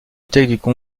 bibliothèque